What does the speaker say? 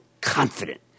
confident